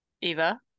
Eva